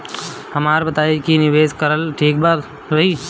हमरा के बताई की निवेश करल ठीक रही?